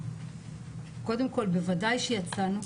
קודם כל בוודאי שיצאנו,